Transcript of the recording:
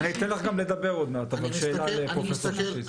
אני אתן לך גם לדבר עוד מעט אבל שאלה לפרופ' ששינסקי.